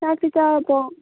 ꯆꯥꯛꯇꯤ ꯆꯥꯔꯕꯣ